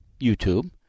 YouTube